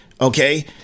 okay